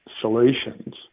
solutions